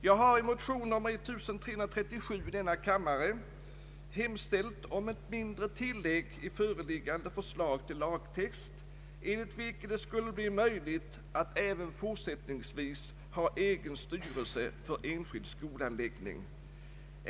Jag har i motion I: 1337 hemställt om ett mindre tillägg i föreliggande förslag till lagtext, enligt vilket det skulle bli möjligt att också fortsättningsvis ha egen styrelse för enskild skolanläggning.